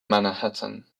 manhattan